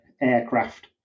aircraft